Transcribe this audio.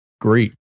Great